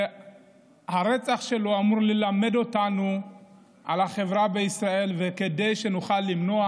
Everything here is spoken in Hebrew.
והרצח שלו אמור ללמד אותנו על החברה בישראל כדי שנוכל למנוע,